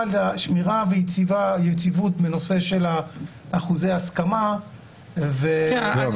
שמירה ויציבות בנושא של אחוזי ההסכמה --- כן,